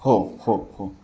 हो हो हो